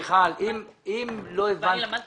מיכל, אם לא הבנת